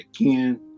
again